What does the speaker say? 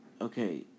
Okay